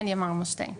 הניה מרמושטיין.